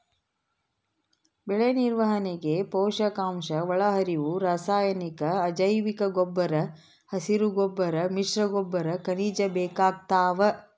ಬೆಳೆನಿರ್ವಹಣೆಗೆ ಪೋಷಕಾಂಶಒಳಹರಿವು ರಾಸಾಯನಿಕ ಅಜೈವಿಕಗೊಬ್ಬರ ಹಸಿರುಗೊಬ್ಬರ ಮಿಶ್ರಗೊಬ್ಬರ ಖನಿಜ ಬೇಕಾಗ್ತಾವ